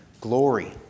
glory